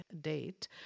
date